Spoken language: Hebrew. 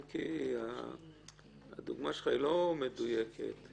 אני לא יודע מתי חלק מהחוקים האלה נחקקו,